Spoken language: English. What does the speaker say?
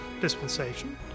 dispensation